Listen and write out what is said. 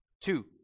Two